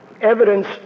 evidence